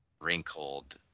wrinkled